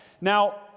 Now